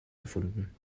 erfunden